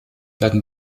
werden